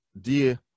dear